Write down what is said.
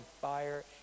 fire